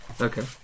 Okay